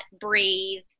breathe